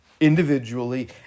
individually